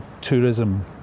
tourism